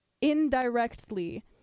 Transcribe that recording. indirectly